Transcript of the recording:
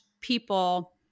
people